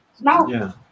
now